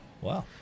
wow